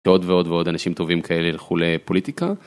עוד ועוד ועוד אנשים טובים כאלה ילכו לפוליטיקה.